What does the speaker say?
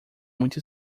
muito